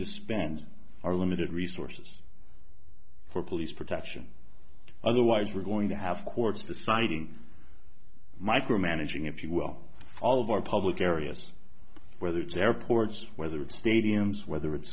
to spend our limited resources for police protection otherwise we're going to have courts deciding micromanaging if you will all of our public areas whether it's airports whether it's stadiums whether it's